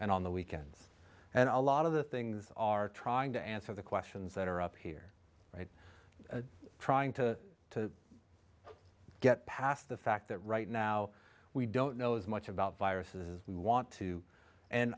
and on the weekends and a lot of the things are trying to answer the questions that are up here right trying to get past the fact that right now we don't know as much about viruses we want to and